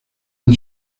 han